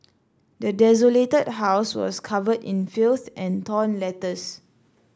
the desolated house was covered in filth and torn letters